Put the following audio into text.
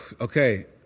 Okay